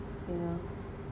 you know